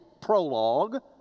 prologue